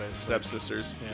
stepsisters